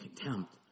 contempt